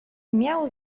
miał